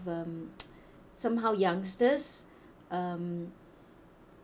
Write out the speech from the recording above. um somehow youngsters um